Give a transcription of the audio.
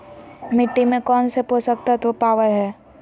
मिट्टी में कौन से पोषक तत्व पावय हैय?